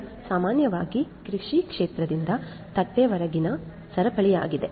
ಇದು ಸಾಮಾನ್ಯವಾಗಿ ಕೃಷಿ ಕ್ಷೇತ್ರದಿಂದ ತಟ್ಟೆಯವರೆಗಿನ ಸರಪಳಿಯಾಗಿದೆ